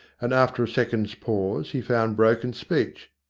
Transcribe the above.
and after a second's pause, he found broken speech.